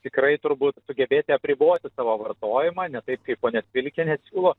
tikrai turbūt sugebėti apriboti tavo vartojimą ne taip kaip ponia cvilikienė siūlo